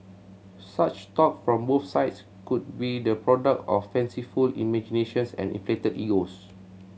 such talk from both sides could be the product of fanciful imaginations and inflated egos